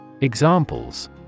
Examples